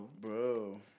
Bro